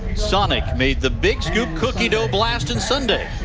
sonic made the big scoop cookie dough blast and sundae.